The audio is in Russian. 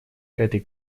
этой